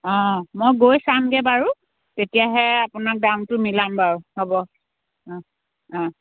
অঁ মই গৈ চামগৈ বাৰু তেতিয়াহে আপোনাক দামটো মিলাম বাৰু হ'ব অঁহ অঁহ